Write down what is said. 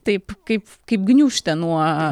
taip kaip kaip gniūžtė nuo